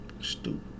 Stupid